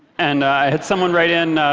and i had someone write in,